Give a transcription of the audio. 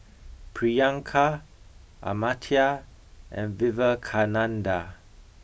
Priyanka Amartya and Vivekananda